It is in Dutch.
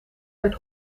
werd